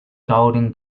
golden